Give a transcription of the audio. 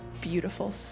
beautiful